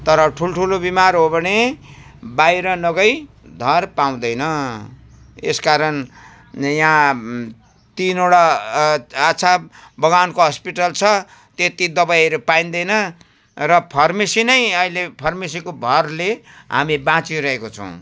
तर ठुल्ठुलो बिमार हो भने बाहिर नगई धर पाउँदैन यस कारण यहाँ तिनवटा अच्छा बगानको हस्पिटल छ त्यत्ति दबाईहरू पाइँदैन र फार्मेसी नै अहिले फार्मेसीको भरले हामी बाँचिरहेको छौँ